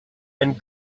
and